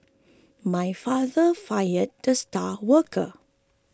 my father fired the star worker